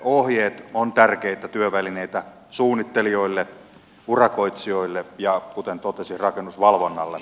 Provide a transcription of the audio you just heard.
ohjeet ovat tärkeitä työvälineitä suunnittelijoille urakoitsijoille ja kuten totesin rakennusvalvonnalle